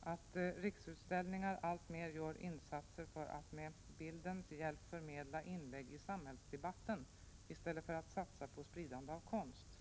att Riksutställningar alltmer gör insatser för att med bildens hjälp förmedla inlägg i samhällsdebatten i stället för att satsa på spridande av konst.